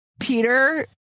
peter